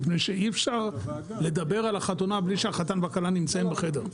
מפני שאי אפשר לדבר על החתונה בלי שהחתן והכלה נמצאים בחדר.